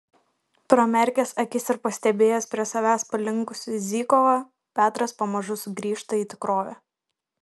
pramerkęs akis ir pastebėjęs prie savęs palinkusį zykovą petras pamažu sugrįžta į tikrovę